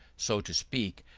so to speak,